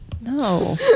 No